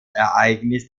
ereignis